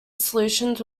solutions